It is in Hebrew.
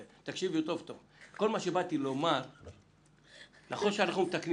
כל מה שבאתי לומר הוא שנכון שאנחנו מתקנים